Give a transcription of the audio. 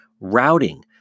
routing